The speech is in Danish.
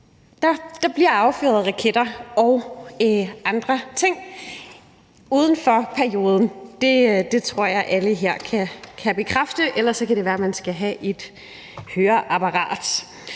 der bliver affyret raketter og andre ting uden for perioden. Det tror jeg alle her kan bekræfte – ellers kan det være, man skal have et høreapparat.